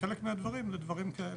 וחלק מהדברים זה דברים כאלה,